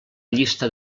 llista